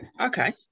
Okay